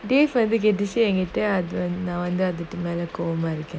they've segregate this year and you think I don't know நான்அதுக்குமேலகோபமாஇருக்கேன்:nan adhuku mela kobama iruken